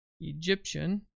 Egyptian